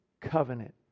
covenant